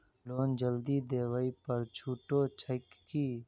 Loan जल्दी देबै पर छुटो छैक की?